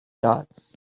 dots